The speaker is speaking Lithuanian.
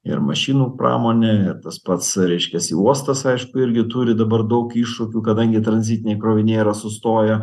ir mašinų pramonė ir tas pats reiškiasi uostas aišku irgi turi dabar daug iššūkių kadangi tranzitiniai kroviniai yra sustoję